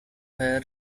where